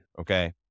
okay